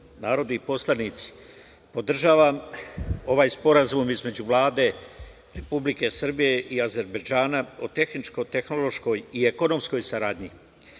narodni poslanici, podržavam ovaj Sporazum između Vlade Republike Srbije i Azerbejdžana o tehničko-tehnološkoj i ekonomskoj saradnji. Pošto